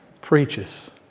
preaches